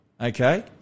okay